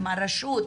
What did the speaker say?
עם הרשות,